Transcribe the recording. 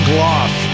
Gloss